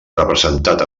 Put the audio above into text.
representat